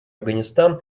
афганистан